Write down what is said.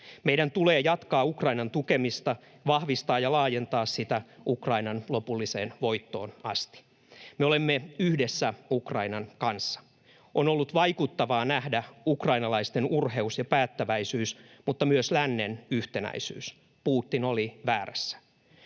Meidän tulee jatkaa Ukrainan tukemista, vahvistaa ja laajentaa sitä Ukrainan lopulliseen voittoon asti. Me olemme yhdessä Ukrainan kanssa. On ollut vaikuttavaa nähdä ukrainalaisten urheus ja päättäväisyys, mutta myös lännen yhtenäisyys. Putin oli väärässä.